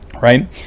Right